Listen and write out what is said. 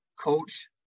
coach